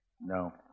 No